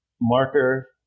marker